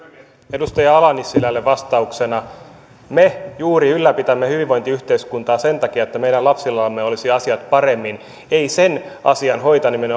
edustaja ala nissilälle vastauksena me juuri ylläpidämme hyvinvointiyhteiskuntaa sen takia että meidän lapsillamme olisi asiat paremmin ei sen asian hoitaminen